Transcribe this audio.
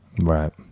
Right